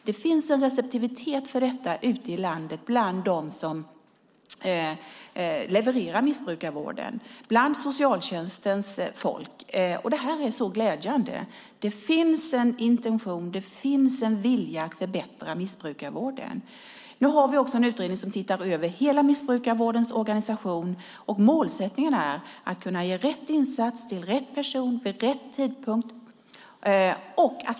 Det finns en receptivitet för detta ute i landet bland dem som levererar missbrukarvården, bland socialtjänstens folk. Detta är glädjande. Det finns en intention och en vilja att förbättra missbrukarvården. Nu har vi också en utredning som tittar över hela missbrukarvårdens organisation. Målsättningen är att kunna ge rätt insats till rätt person vid rätt tidpunkt.